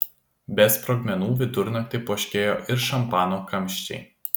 be sprogmenų vidurnaktį poškėjo ir šampano kamščiai